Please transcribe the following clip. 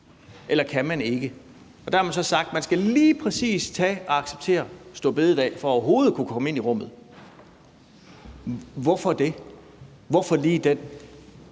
eller om man ikke kan. Der er det så blevet sagt, at man lige præcis skal acceptere store bededag for overhovedet at kunne komme ind i rummet. Hvorfor det? Hvorfor lige den?